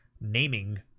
naming